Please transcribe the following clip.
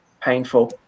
painful